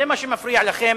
זה מה שמפריע לכם.